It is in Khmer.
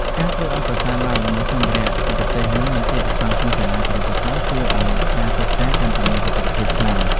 ការធ្វើឱ្យប្រសើរឡើងនូវសម្ភារៈឧបទេសនិងមន្ទីរពិសោធន៍ក្នុងសាលាគរុកោសល្យជួយឱ្យការសិក្សាកាន់តែមានប្រសិទ្ធភាពខ្លាំង។